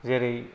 जेरै